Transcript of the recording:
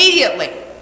Immediately